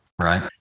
right